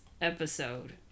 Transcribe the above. episode